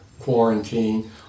Quarantine